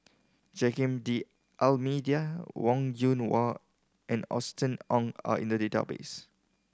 Joaquim D'Almeida Wong Yoon Wah and Austen Ong are in the database